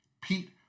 Pete